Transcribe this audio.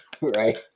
right